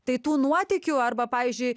tai tų nuotykių arba pavyzdžiui